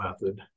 method